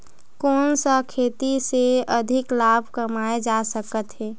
कोन सा खेती से अधिक लाभ कमाय जा सकत हे?